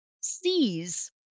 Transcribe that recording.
sees